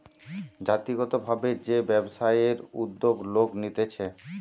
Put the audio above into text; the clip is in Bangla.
জাতিগত ভাবে যে ব্যবসায়ের উদ্যোগ লোক নিতেছে